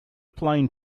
playing